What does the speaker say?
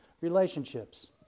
relationships